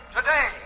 Today